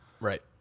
Right